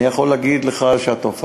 1. אני יכול להגיד לך שהתופעה,